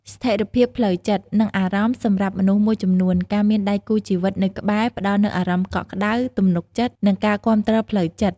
ស្ថិរភាពផ្លូវចិត្ត និងអារម្មណ៍សម្រាប់មនុស្សមួយចំនួន ការមានដៃគូជីវិតនៅក្បែរ ផ្តល់នូវអារម្មណ៍កក់ក្តៅ ទំនុកចិត្ត និងការគាំទ្រផ្លូវចិត្ត។